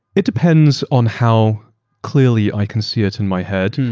it depends on how clearly i can see it in my head.